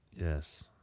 Yes